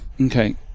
Okay